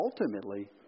ultimately